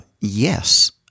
Yes